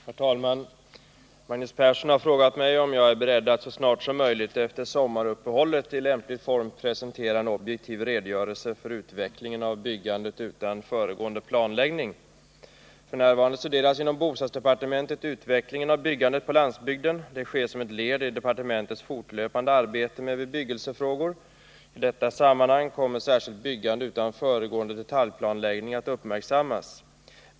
Herr talman! Magnus Persson har frågat mig om jag är beredd att så snart som möjligt efter sommaruppehållet i lämplig form presentera en objektiv redogörelse för utvecklingen av byggandet utan föregående planläggning. F.n. studeras inom bostadsdepartementet utvecklingen av byggandet på landsbygden. Det sker som ett led i departementets fortlöpande arbete med bebyggelsefrågor. I detta sammanhang kommer särskilt byggande utan föregående detaljplanläggning att uppmärksammas.